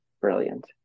brilliant